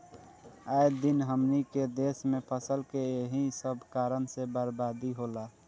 आए दिन हमनी के देस में फसल के एही सब कारण से बरबादी होला